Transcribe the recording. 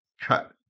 cut